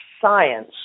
Science